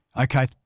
Okay